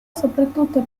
soprattutto